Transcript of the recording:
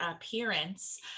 appearance